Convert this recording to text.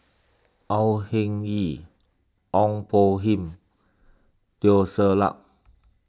Au Hing Yee Ong Poh Lim Teo Ser Luck